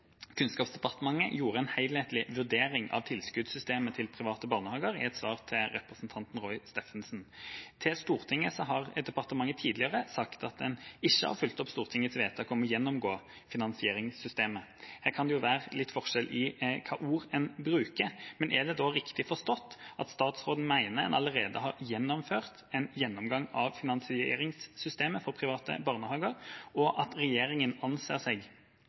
Kunnskapsdepartementet gjorde en helhetlig vurdering av tilskuddssystemet til private barnehager, i et svar til representanten Roy Steffensen. Til Stortinget har departementet tidligere sagt at en ikke har fulgt opp Stortingets vedtak om å gjennomgå finansieringssystemet. Her kan det jo være litt forskjell på hvilke ord en bruker, men er det da riktig forstått at statsråden mener en allerede har gjennomført en gjennomgang av finansieringssystemet for private barnehager, og at regjeringen anser seg